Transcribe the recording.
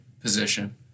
position